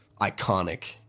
iconic